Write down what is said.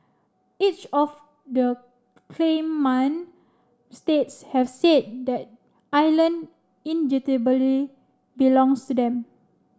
each of the claimant states have said that island indubitably belongs to them